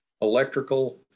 electrical